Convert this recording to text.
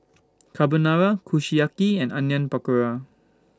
Carbonara Kushiyaki and Onion Pakora